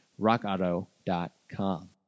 rockauto.com